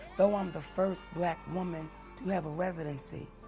though, i'm the first black woman to have a residency,